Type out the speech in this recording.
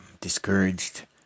discouraged